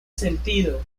sentido